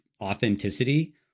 authenticity